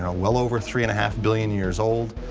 and well over three and a half billion years old.